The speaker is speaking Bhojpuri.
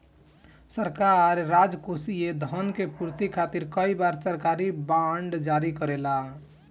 सरकार राजकोषीय धन के पूर्ति खातिर कई बार सरकारी बॉन्ड जारी करेला